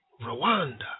Rwanda